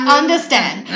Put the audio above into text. understand